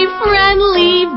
friendly